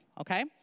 Okay